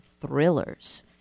thrillers